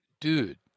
Dude